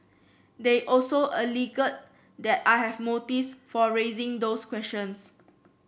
they also alleged that I have motives for raising those questions